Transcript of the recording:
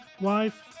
wife